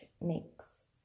makes